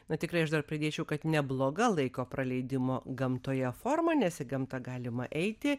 bet tikrai aš dar pridėčiau kad nebloga laiko praleidimo gamtoje forma nes į gamtą galima eiti